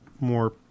more